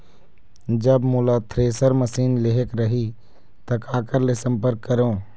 जब मोला thresher machine लेहेक रही ता काकर ले संपर्क करों?